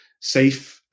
safe